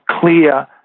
clear